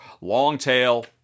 long-tail